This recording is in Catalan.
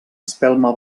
espelma